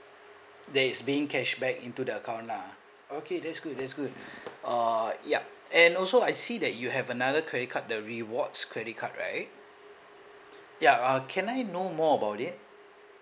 that is being cashback into the account lah okay that's good that's good uh ya and also I see that you have another credit card the rewards credit card right ya uh can I know more about it